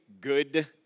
good